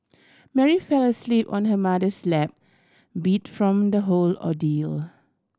Mary fell asleep on her mother's lap beat from the whole ordeal